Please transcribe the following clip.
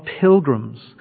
pilgrims